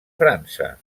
frança